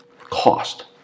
Cost